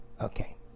Okay